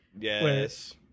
Yes